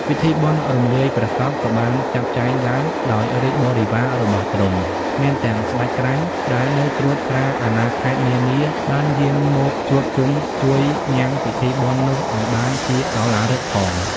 ពិធីបុណ្យរំលាយព្រះសពក៏បានចាត់ចែងឡើង ដោយរាជបរិវាររបស់ទ្រង់ មានទាំងស្ដេចក្រាញ់ ដែលនៅត្រួតត្រាអាណាខេត្តនានាបានយាងមកជួបជុំជួយញ៉ាំងពិធីបុណ្យនោះឲ្យបានជាឧឡារិកផង ។